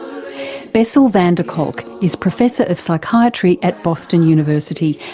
bessel van der kolk is professor of psychiatry at boston university,